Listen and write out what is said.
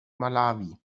malawi